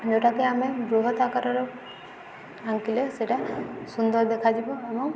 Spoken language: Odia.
ଯେଉଁଟାକି ଆମେ ବୃହତ୍ ଆକାରର ଆଙ୍କିଲେ ସେଇଟା ସୁନ୍ଦର ଦେଖାଯିବ ଏବଂ